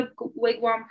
Wigwam